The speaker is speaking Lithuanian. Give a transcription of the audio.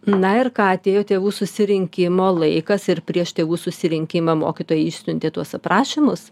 na ir ką atėjo tėvų susirinkimo laikas ir prieš tėvų susirinkimą mokytojai išsiuntė tuos aprašymus